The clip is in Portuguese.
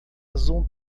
azul